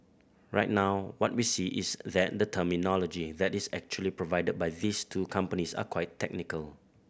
right now what we see is then the terminology that is actually provided by these two companies are quite technical